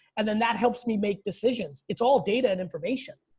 and then that helps me make decisions. it's all data and information.